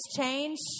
change